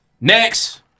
Next